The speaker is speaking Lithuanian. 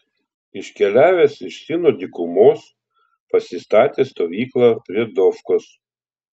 iškeliavę iš sino dykumos pasistatė stovyklą prie dofkos